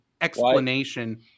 explanation